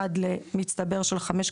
עד למצטבר של חמש.